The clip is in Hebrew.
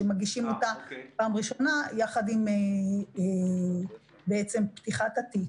שמגישים אותה פעם ראשונה עם פתיחת התיק,